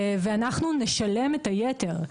ואנחנו נשלם את היתר.